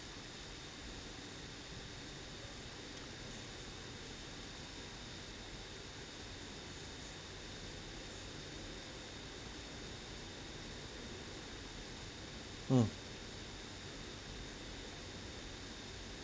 mm